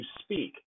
speak